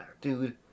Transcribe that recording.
dude